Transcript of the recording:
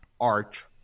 arch